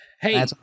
Hey